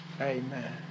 Amen